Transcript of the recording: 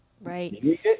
right